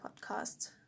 podcast